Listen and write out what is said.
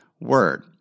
word